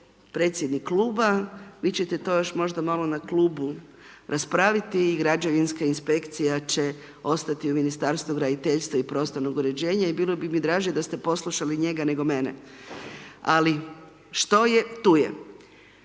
predsjednik kluba, vi ćete to još možda malo na klubu raspraviti i građevinska inspekcija će ostati u Ministarstvu graditeljstva i prostornog uređenja i bilo bi mi draže da ste poslušali njega, nego mene, ali što je, tu je.